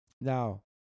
Now